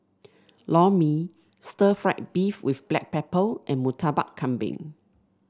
Lor Mee Stir Fried Beef with Black Pepper and Murtabak Kambing